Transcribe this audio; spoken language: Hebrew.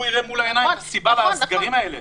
יראה מול העיניים את הסיבה לסגרים האלה,